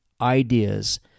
ideas